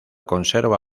conserva